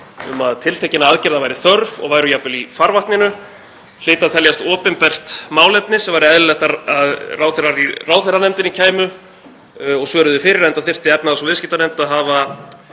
um að tiltekinna aðgerða væri þörf og væru jafnvel í farvatninu hlytu að teljast opinbert málefni sem væri eðlilegt að ráðherrar í ráðherranefndinni kæmu og svöruðu fyrir, enda þyrfti efnahags- og viðskiptanefnd að hafa